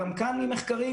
גם כאן ממחקרים,